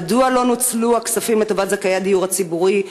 מדוע לא נוצלו הכספים לטובת זכאי הדיור הציבורי,